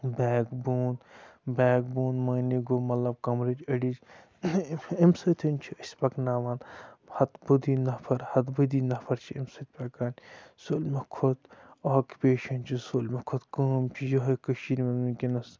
back bone backbone معنی گوٚو مطلب کَمرٕچۍ أڈٕجۍ امہِ سۭتۍ چھِ أسۍ پَکناوان ہَتہٕ بوٚدُے نَفر ہَتہٕ بٔدی نَفر چھِ ایٚمۍ سۭتۍ پَکان سٲلمو کھۄتہٕ آکِپیشَن چھُ سٲلمو کھۄتہٕ کٲم چھِ یِہوٚے کٔشیٖرۍ مَہ ونۍکٮ۪نَس